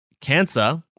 Cancer